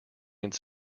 its